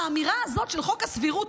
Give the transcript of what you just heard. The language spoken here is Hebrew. האמירה הזאת של חוק הסבירות,